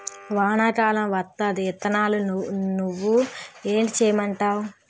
వానా కాలం వత్తాంది ఇత్తనాలు నేవు ఏటి సేయమంటావు